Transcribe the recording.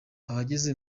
abageze